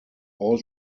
all